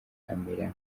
amera